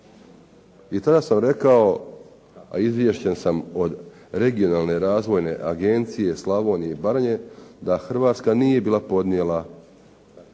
I tada sam rekao, a izvješten sam od Regionalne razvojne agencije Slavonije i Baranje, da Hrvatska nije bila podnijela